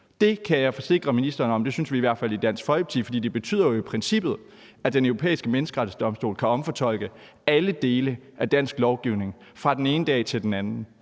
Det kan jeg forsikre ministeren om at vi i hvert fald synes i Dansk Folkeparti, for det betyder jo i princippet, at Den Europæiske Menneskerettighedsdomstol kan omfortolke alle dele af dansk lovgivning fra den ene dag til den anden.